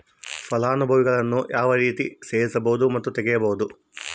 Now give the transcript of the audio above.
ಫಲಾನುಭವಿಗಳನ್ನು ಯಾವ ರೇತಿ ಸೇರಿಸಬಹುದು ಮತ್ತು ತೆಗೆಯಬಹುದು?